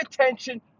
attention